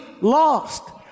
lost